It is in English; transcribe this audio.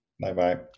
Bye-bye